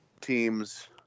teams